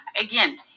again